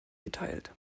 geteilt